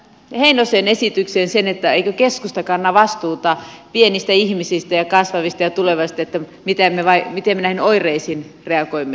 vastaan heinosen esitykseen siitä eikö keskusta kanna vastuuta pienistä ihmisistä ja kasvavista ja tulevasta miten me näihin oireisiin reagoimme